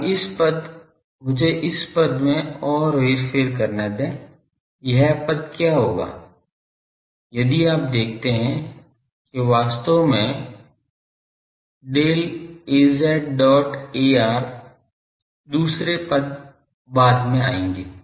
अब इस पद मुझे इस पद में ओर हेरफेर करने दें यह पद क्या होगा यदि आप देखते हैं कि वास्तव में Del Az dot ar दूसरे पद बाद में आएंगे